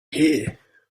here